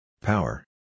Power